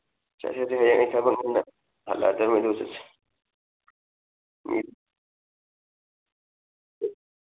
ꯆꯠꯁꯦꯗꯤ ꯑꯩ ꯍꯌꯦꯡ ꯊꯕꯛ ꯃꯐꯝꯗꯒꯤ ꯍꯜꯂꯛꯑꯗꯝꯅꯤ ꯑꯗꯨꯒ ꯆꯠꯁꯤ